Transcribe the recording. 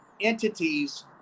entities